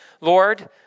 Lord